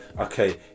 okay